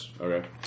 Okay